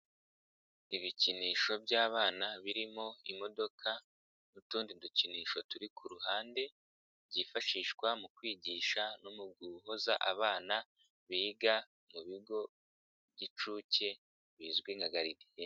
Ibikinisho by'abana birimo imodoka n'utundi dukinisho turi ku ruhande, byifashishwa mu kwigisha no mu guhoza abana, biga mu bigo by'inshuke, bizwi nka galidiyene.